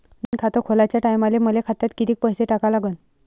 नवीन खात खोलाच्या टायमाले मले खात्यात कितीक पैसे टाका लागन?